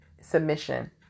submission